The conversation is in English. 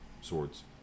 swords